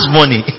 money